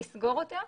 לסגור אותה,